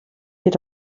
hier